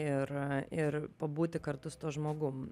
ir a ir pabūti kartu su tuo žmogum